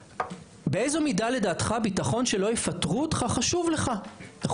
׳באיזו מידה בטחון שלא יפתרו אותך חשוב לך לדעתך?׳.